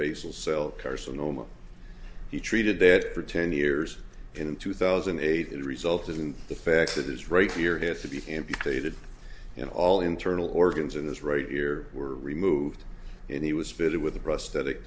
basal cell carcinoma he treated that for ten years in two thousand and eight it resulted in the fact that is right here had to be amputated and all internal organs in this right here were removed and he was fitted with a prosthetic